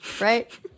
right